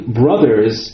brothers